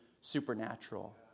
supernatural